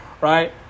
Right